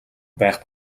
байх